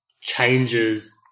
changes